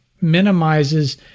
minimizes